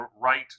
right